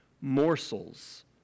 morsels